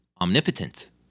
omnipotent